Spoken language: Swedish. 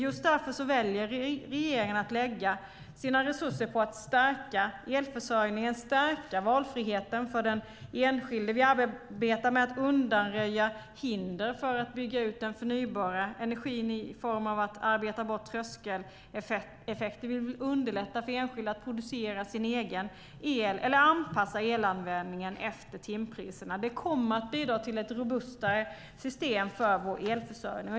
Just därför väljer regeringen att lägga sina resurser på att stärka elförsörjningen och valfriheten för den enskilde. Vi arbetar med att undanröja hinder för att bygga ut den förnybara energin i form av att vi arbetar bort tröskeleffekter. Vi vill underlätta för enskilda att producera sin egen el eller anpassa elanvändningen efter timpriserna. Det kommer att bidra till ett robustare system för vår elförsörjning.